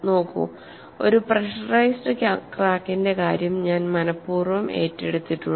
നോക്കൂ ഒരു പ്രെഷറൈസ്ഡ് ക്രാക്കിന്റെ കാര്യം ഞാൻ മനപൂർവ്വം ഏറ്റെടുത്തിട്ടുണ്ട്